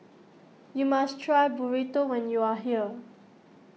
you must try Burrito when you are here